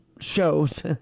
shows